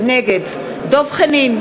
נגד דב חנין,